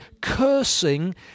cursing